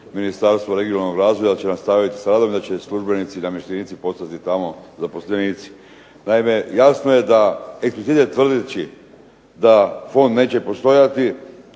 Ministarstvo regionalnog razvoja, da će nastaviti s radom i da će službenici i namještenici postati tamo zaposlenici. Naime, jasno je da … /Govornik se ne razumije./… tvrdeći da fond neće postojati